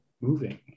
moving